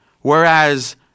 whereas